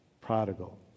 Prodigal